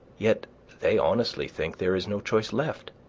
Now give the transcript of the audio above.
yet they honestly think there is no choice left.